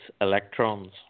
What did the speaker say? electrons